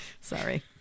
Sorry